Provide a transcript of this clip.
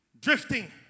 drifting